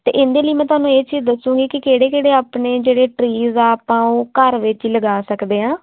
ਅਤੇ ਇਹਦੇ ਲਈ ਮੈਂ ਤੁਹਾਨੂੰ ਇਹ ਚੀਜ਼ ਦੱਸੂਗੀ ਕਿ ਕਿਹੜੇ ਕਿਹੜੇ ਆਪਣੇ ਜਿਹੜੇ ਟਰੀਜ ਆ ਆਪਾਂ ਉਹ ਘਰ ਵਿੱਚ ਲਗਾ ਸਕਦੇ ਹਾਂ